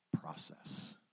process